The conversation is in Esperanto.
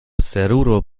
seruro